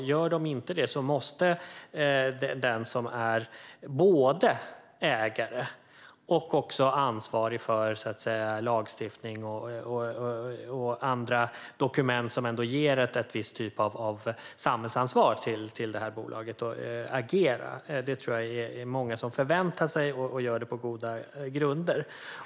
Gör de inte det måste den som är både ägare och ansvarig för lagstiftning och andra dokument, som ändå ger en viss typ av samhällsansvar till detta bolag, agera. Det tror jag är många som förväntar sig och gör det på goda grunder.